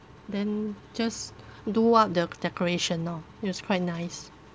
then just do up the decoration lor it was quite nice